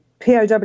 POW